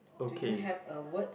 do you have a word